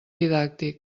didàctic